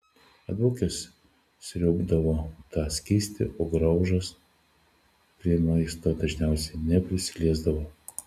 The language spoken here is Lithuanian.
atbukęs sriaubdavau tą skystį o graužas prie maisto dažniausiai neprisiliesdavo